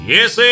Yes